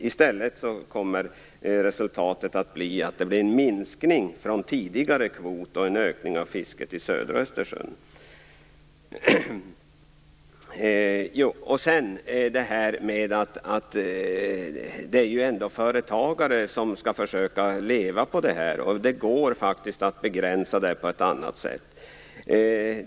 I stället blir resultatet en minskning i jämförelse med den tidigare kvoten och en ökning av fisket i södra Östersjön. Det handlar ju om företagare som skall försöka leva på det här. Det går faktiskt att begränsa detta på ett annat sätt.